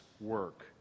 work